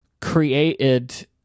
created